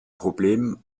problem